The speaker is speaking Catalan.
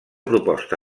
proposta